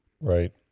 Right